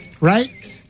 right